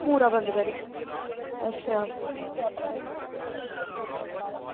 पूरा बंद करी ओड़ अच्छा